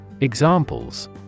examples